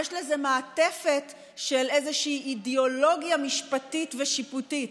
יש לזה מעטפת של איזושהי אידיאולוגיה משפטית ושיפוטית,